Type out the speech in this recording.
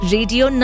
Radio